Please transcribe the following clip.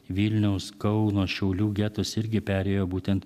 vilniaus kauno šiaulių getus irgi perėjo būtent